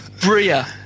Bria